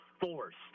forced